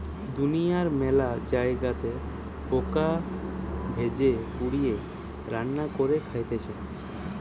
দুনিয়ার মেলা জায়গাতে পোকা ভেজে, পুড়িয়ে, রান্না করে খাইতেছে